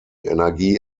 energie